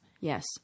Yes